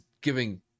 giving